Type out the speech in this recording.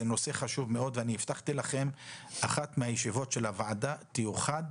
זה נושא חשוב מאוד והבטחתי לכם שאחת מישיבות הוועדה תיוחד